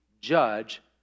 judge